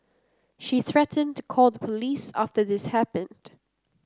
she threatened to call the police after this happened